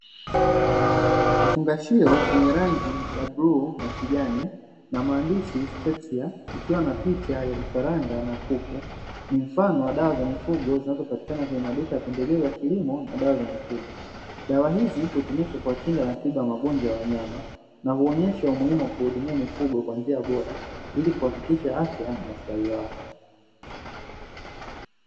Kifungashio chenye rangi ya buluu na kijani na maandishi trekishia, ikiwa na picha ya vifaranga na kuku ni mfano wa dawa za mifugo zinazopatikana katika maduka ya pembejeo za kilimo na dawa za mifugo, dawa hizi hutumika kwa kinga na tiba ya magonjwa ya wanyama na huonyesha umuhimu wa kuwahudumia mifugo kwa njia bora ili kuhakikisha afya na ustawi wao.